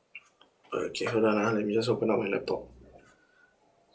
okay hold on ah let me just open up my laptop